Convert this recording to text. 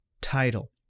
title